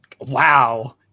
wow